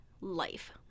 life